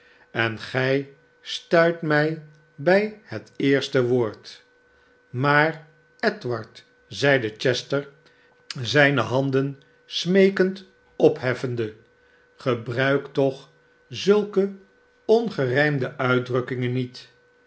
en gij stuit mij bij het eerste woord imaar edward zeide chester zijne handen smeekend opheffende agebruik toch zulke ongerijmde uitdrukkingen niet